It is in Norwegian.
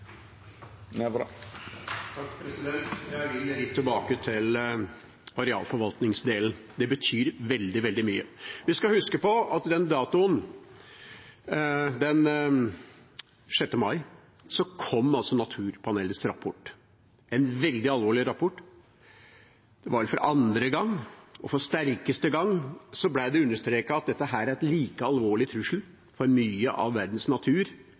3 minutt. Jeg vil litt tilbake til arealforvaltningsdelen. Det betyr veldig, veldig mye. Vi skal huske på at den 6. mai kom Naturpanelets rapport, en veldig alvorlig rapport. For andre gang og for sterkeste gang ble det understreket at dette er en like alvorlig trussel for mye av verdens natur